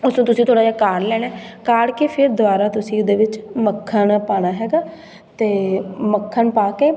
ਉਸਨੂੰ ਤੁਸੀਂ ਥੋੜ੍ਹਾ ਜਿਹਾ ਕਾੜ ਲੈਣਾ ਕਾੜ ਕੇ ਫਿਰ ਦੁਬਾਰਾ ਤੁਸੀਂ ਉਹਦੇ ਵਿੱਚ ਮੱਖਣ ਪਾਉਣਾ ਹੈਗਾ ਅਤੇ ਮੱਖਣ ਪਾ ਕੇ